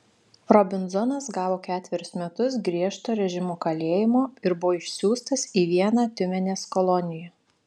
robinzonas gavo ketverius metus griežto režimo kalėjimo ir buvo išsiųstas į vieną tiumenės koloniją